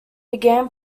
began